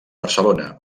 barcelona